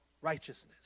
righteousness